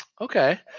okay